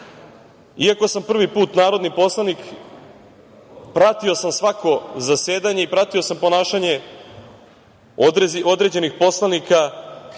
sam prvi put narodni poslanik, pratio sam svako zasedanje i pratio sam ponašanje određenih poslanika koji